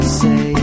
say